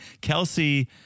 Kelsey